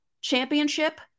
championship